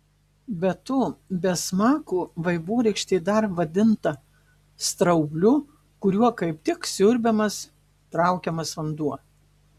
be to be smako vaivorykštė dar vadinta straubliu kuriuo kaip tik siurbiamas traukiamas vanduo